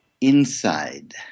inside